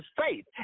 faith